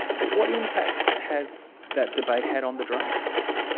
what impact has that debate had on the draft?